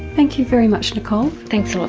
thank you very much nicole. thanks a lot